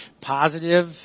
positive